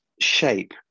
shape